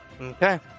Okay